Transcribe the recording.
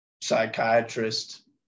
psychiatrist